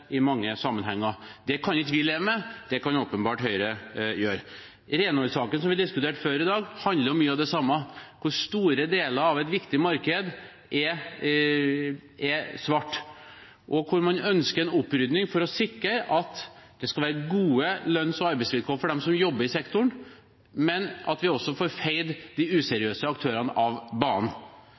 Det kan ikke vi leve med – det kan Høyre åpenbart gjøre. Renholdssaken – som vi diskuterte før i dag – handler om mye av det samme, at store deler av et viktig marked er svart, og at man ønsker en opprydning for å sikre at det skal være gode lønns- og arbeidsvilkår for dem som jobber i sektoren, men at vi også får feid de useriøse aktørene av banen.